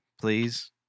please